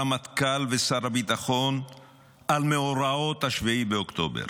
הרמטכ"ל ושר הביטחון על מאורעות 7 באוקטובר,